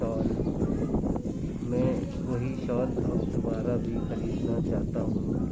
شال میں وہی شال اب دوبارہ بھی خریدنا چاہتا ہوں